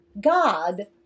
God